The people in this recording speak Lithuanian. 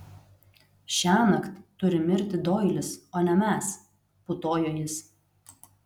šiąnakt turi mirti doilis o ne mes putojo jis